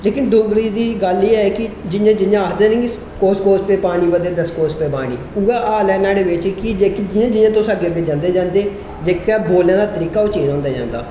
लेकिन डोगरी दी गल्ल एह् ऐ कि जि'यां जि'यां आखदे न कि कोस कोस ते पानी बदले दस कोस ते वाणी उ'ऐ हाल ऐ न्हाड़े बिच जेह्की जि'यां जि'यां तुस अग्गै जंदे जंदे जेह्का बोलने दा तरीका ओह् चेंज होंदा जंदा